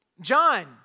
John